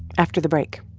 after the break